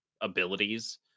abilities